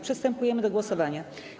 Przystępujemy do głosowania.